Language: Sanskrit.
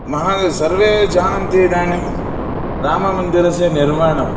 महान् सर्वे जानन्ति इदानीं राममन्दिरस्य निर्माणं